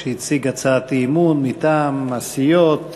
שהציג הצעת אי-אמון מטעם הסיעות